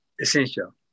essential